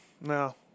No